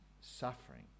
suffering